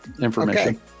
information